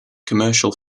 commercial